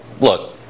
look